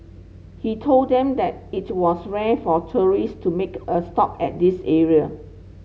he told them that it was rare for tourist to make a stop at this area